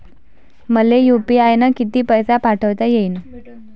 मले यू.पी.आय न किती पैसा पाठवता येईन?